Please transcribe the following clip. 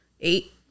eight